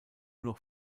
noch